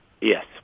Yes